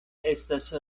estas